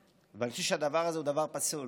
ואני חושב שהדבר הזה הוא דבר פסול.